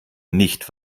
nicht